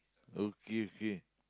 okay okay